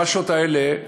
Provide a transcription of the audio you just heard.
המש"אות האלה,